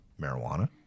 Marijuana